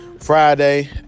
Friday